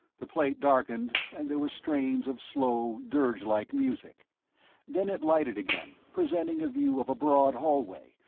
the plate darkened, and there were strains of slow, dirgelike music then it lighted again, presenting a view of a broad hallway,